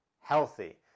healthy